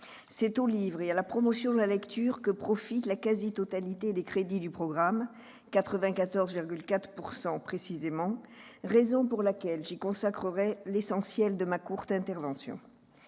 C'est au livre et à la promotion de la lecture que profite la quasi-totalité des crédits du programme- 94,4 % précisément -, raison pour laquelle j'y consacrerai l'essentiel de ma courte intervention.